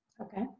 Okay